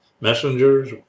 messengers